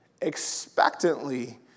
expectantly